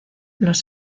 los